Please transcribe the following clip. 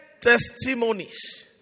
testimonies